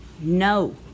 no